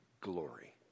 glory